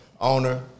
owner